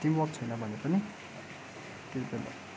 teamwork छैन भने पनि त्यत्ति बेला